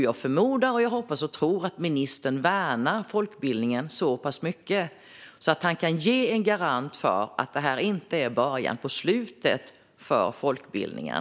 Jag förmodar, hoppas och tror att ministern värnar folkbildningen så pass mycket att han kan ge en garanti för att det här inte är början till slutet för folkbildningen.